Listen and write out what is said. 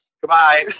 Goodbye